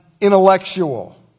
intellectual